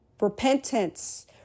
Repentance